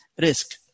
risk